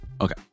Okay